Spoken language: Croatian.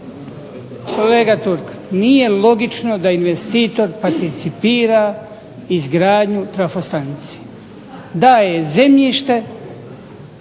Kolega Turk nije logično da investitor participira izgradnju trafostanice. Dao je zemljište